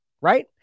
right